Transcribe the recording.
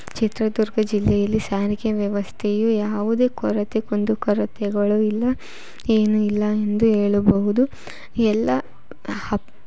ಚಿತ್ರದುರ್ಗ ಜಿಲ್ಲೆಯಲ್ಲಿ ಸಾರಿಗೆ ವ್ಯವಸ್ಥೆಯು ಯಾವುದೇ ಕೊರತೆ ಕುಂದು ಕೊರತೆಗಳು ಇಲ್ಲ ಏನು ಇಲ್ಲ ಎಂದು ಹೇಳಬಹುದು ಎಲ್ಲ ಹಬ್